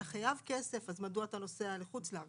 חייב כסף אז מדוע אתה נוסע לחוץ לארץ?